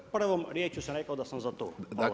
Prvom riječju sam rekao da sam za to.